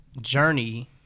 journey